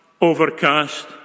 overcast